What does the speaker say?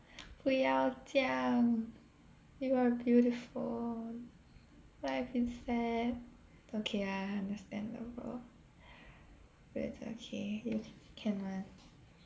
不要这样 you are beautiful life is sad okay ah understandable but it's okay you can [one]